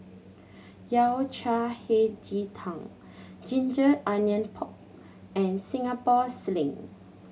Yao Cai Hei Ji Tang ginger onion pork and Singapore Sling